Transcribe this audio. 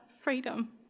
freedom